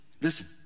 listen